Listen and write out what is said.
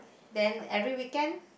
then every weekend